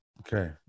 Okay